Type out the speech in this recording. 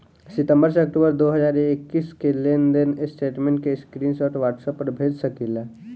सितंबर से अक्टूबर दो हज़ार इक्कीस के लेनदेन स्टेटमेंट के स्क्रीनशाट व्हाट्सएप पर भेज सकीला?